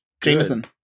jameson